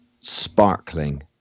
sparkling